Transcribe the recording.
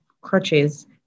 crutches